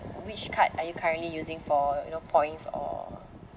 which card are you currently using for you know points or